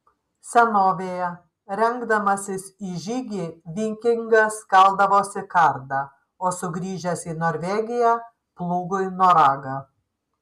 senovėje rengdamasis į žygį vikingas kaldavosi kardą o sugrįžęs į norvegiją plūgui noragą